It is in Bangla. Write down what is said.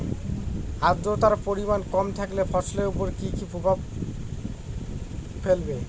আদ্রর্তার পরিমান কম থাকলে ফসলের উপর কি কি প্রভাব ফেলবে?